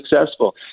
successful